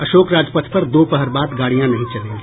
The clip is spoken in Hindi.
अशोक राजपथ पर दोपहर बाद गाड़ियां नहीं चलेंगी